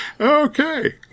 Okay